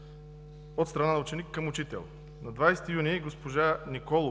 от страна на ученик към учител. На 20 юни госпожа Николова,